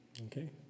Okay